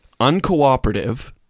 uncooperative